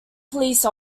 police